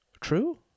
True